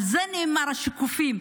על זה נאמר "השקופים".